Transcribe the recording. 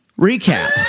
Recap